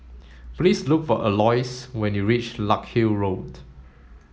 please look for Alois when you reach Larkhill Road